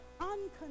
unconditional